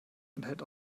enthält